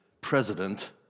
president